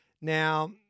Now